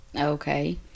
Okay